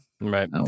Right